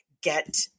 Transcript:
get